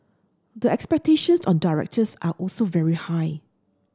the expectations on directors are also very high